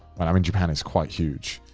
i mean, japan is quite huge.